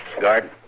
Guard